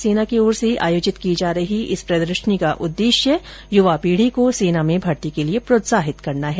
सेना की ओर से आयोजित की जा रही इस प्रदर्शनी का उद्देश्य युवा पीढी को सेना में भर्ती के लिये प्रोत्साहित करना है